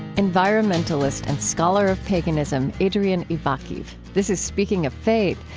environmentalist and scholar of paganism adrian ivakhiv. this is speaking of faith.